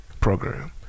program